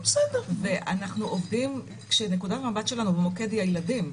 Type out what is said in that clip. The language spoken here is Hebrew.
ואנחנו עובדים כשנקודת המבט שלנו במוקד היא הילדים.